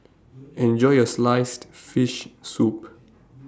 Enjoy your Sliced Fish Soup